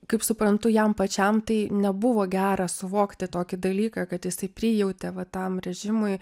kaip suprantu jam pačiam tai nebuvo gera suvokti tokį dalyką kad jisai prijautė va tam režimui